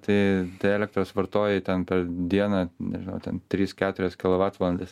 tai tai elektros vartotoji ten per dieną nežinau ten tris keturias kilovatvalandes